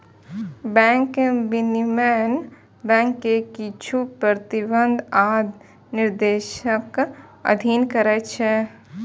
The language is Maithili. बैंक विनियमन बैंक कें किछु प्रतिबंध आ दिशानिर्देशक अधीन करै छै